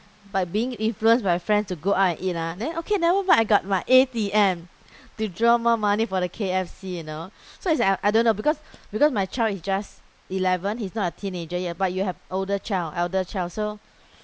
by being influenced by friends to go out and eat ah then okay never mind I got my A_T_M to draw more money for the K_F_C you know so it's like I I don't know because because my child is just eleven he's not a teenager yet but you have older child elder child so